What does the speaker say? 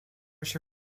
się